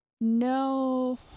No